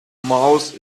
mouse